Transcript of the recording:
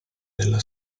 della